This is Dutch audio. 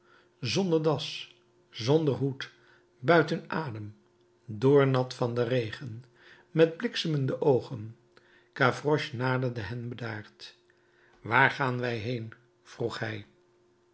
zonder das zonder hoed buiten adem doornat van den regen met bliksemende oogen gavroche naderde hen bedaard waar gaan wij heen vroeg hij